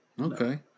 Okay